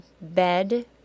bed